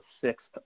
sixth